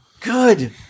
good